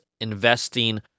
investing